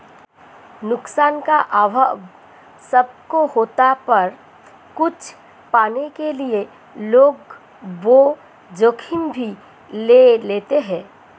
नुकसान का अभाव सब को होता पर कुछ पाने के लिए लोग वो जोखिम भी ले लेते है